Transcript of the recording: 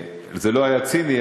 אדוני השר, זה לא היה ציני.